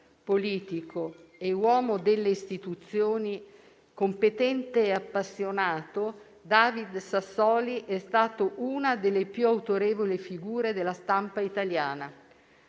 politico e uomo delle istituzioni competente e appassionato, David Sassoli è stato una delle più autorevoli figure della stampa italiana,